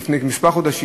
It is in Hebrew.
לפני כמה חודשים,